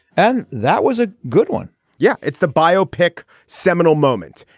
and that was a good one yeah. it's the biopic seminal moment.